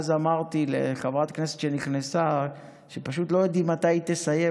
אז אמרתי לחברת כנסת שנכנסה שפשוט לא יודעים מתי היא תסיים,